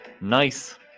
Nice